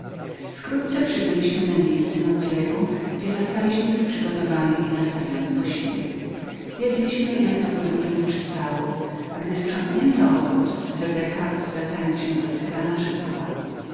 wkrótce przybyliśmy na nocleg gdzie zastaliśmy już przygotowany i zastawiony posiłek jedliśmy jak na podróżnych przystało i gdy sprzątnięto obrus rebeka zwracając się do